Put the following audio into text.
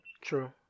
True